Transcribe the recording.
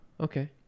Okay